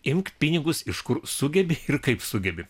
imk pinigus iš kur sugebi ir kaip sugebi